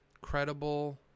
credible